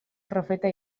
profeta